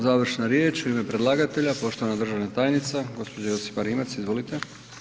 Završna riječ u ime predlagatelja, poštovana državna tajnica gđa. Josipa Rimac, izvolite.